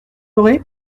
aurez